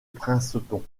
princeton